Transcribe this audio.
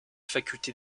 faculté